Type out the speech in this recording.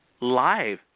live